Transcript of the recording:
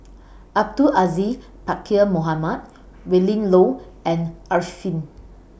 Abdul Aziz Pakkeer Mohamed Willin Low and Arifin